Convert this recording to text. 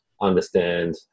understand